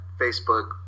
Facebook